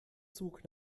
zug